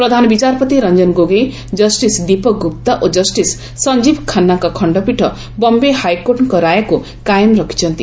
ପ୍ରଧାନବିଚାରପତି ରଞ୍ଞନ ଗୋଗଇ ଜଷ୍ଟିସ ଦୀପକ ଗୁପ୍ତା ଓ ଜଷ୍ଟିସ୍ ସଞ୍ଞୀବ ଖାନ୍ବାଙ୍କ ଖଖପୀଠ ବମେ ହାଇକୋର୍ଟଙ୍କ ରାୟକୁ କାଏମ ରଖୃଛନ୍ତି